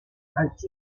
als